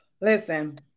Listen